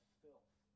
filth